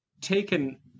taken